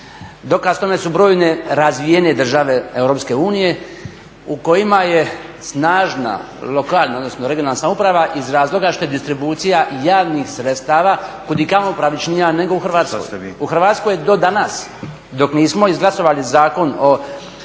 Dokaz tome su brojne razvijene države EU u kojima je snažna lokalna, odnosno regionalna samouprave iz razloga što je distribucija javnih sredstava kud i kamo pravičnija nego u Hrvatskoj. u Hrvatskoj je do danas dok nismo izglasovali Zakon o